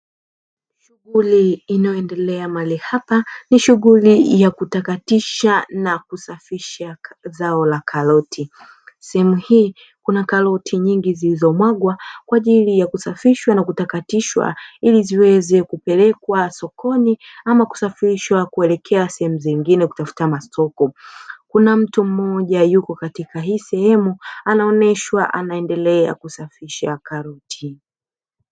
Shughuli inayo endelea mahali hapa ni shughuli ya kutakatisha na kusafisha zao la karoti, sehemu hii kuna karoti nyingi zilizo mwagwa kwa ajili ya kusafishwa na kutakatishwa ili ziweze kupelekwa sokoni ama kusafirishwa kuelekea sehemu zingine kutafuta masoko. Kuna mtu mmoja yupo katika hii sehemu anaoneshwa anaendelea na kusafisha karoti.